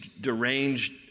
deranged